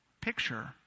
picture